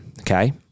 okay